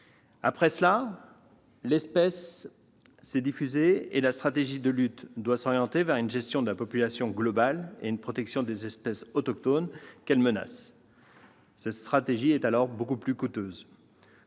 Après cela, l'espèce s'est diffusée et la stratégie de lutte doit s'orienter vers une gestion de la population globale et une protection des espèces autochtones qu'elle menace. Cette stratégie est alors beaucoup plus coûteuse.